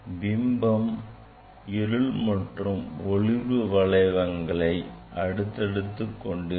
பிம்பம் இருள் மற்றும் ஒளிர்வு வளையங்களை அடுத்தடுத்து கொண்டிருக்கும்